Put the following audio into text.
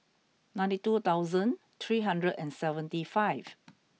ninety two thousand three hundred and seventy five